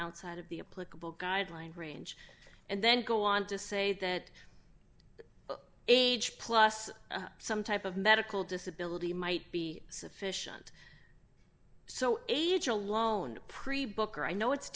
outside of the a political guideline range and then go on to say that age plus some type of medical disability might be sufficient so age alone pre book or i know it's